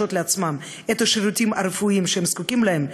לעצמם את השירותים הרפואיים שהם זקוקים להם,